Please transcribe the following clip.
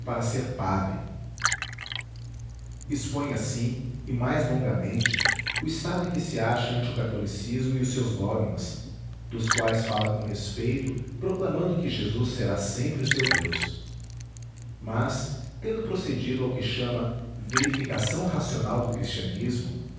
para ser padre expõe assim e mais longamente o estado em que se acha ante o catolicismo e os seus dogmas dos quais fala com respeito proclamando que jesus será sempre o seu deus mas tendo procedido ao que chama verificação racional do cristianismo